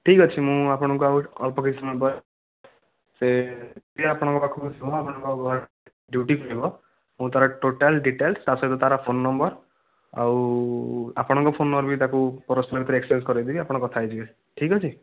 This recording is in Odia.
ଠିକ୍ ଅଛି ମୁଁ ଆପଣଙ୍କୁ ଆଉ ଅଳ୍ପ କିଛି ସମୟ ପରେ ସେ କିଏ ଆପଣଙ୍କ ପାଖକୁ କିଏ ଯିବ ଆପଣଙ୍କ ଘରେ ଡିଉଟି କରିବ ମୁଁ ତାର ଟୋଟାଲ ଡିଟେଲସ ତା ସହିତ ତାର ଫୋନ ନମ୍ବର ଆଉ ଆପଣଙ୍କ ଫୋନ ନମ୍ବରବି ତାକୁ ପରସ୍ପର ସହିତ ଏକ୍ସଚେଞ୍ଜ କରାଇଦେବି ଆପଣ କଥା ହୋଇଯିବେ ଠିକ୍ ଅଛି